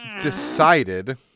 decided